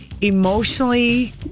emotionally